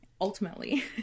ultimately